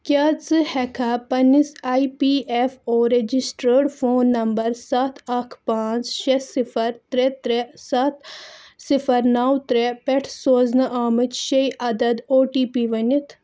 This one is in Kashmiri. کیٛاہ ژٕ ہیٚکٕکھا پنٕنِس E P F O registered phone number سَتھ اَکھ پانٛژھ شےٚ صِفر ترٛےٚ ترٛےٚ سَتھ صِفر نَو ترٛےٚ پٮ۪ٹھ سوزنہٕ آمٕتۍ شیٚے عدد او ٹی پی ؤنِتھ